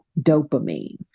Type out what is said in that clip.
dopamine